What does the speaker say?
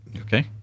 Okay